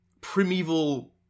primeval